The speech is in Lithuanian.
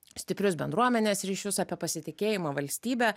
stiprius bendruomenės ryšius apie pasitikėjimą valstybe